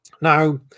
Now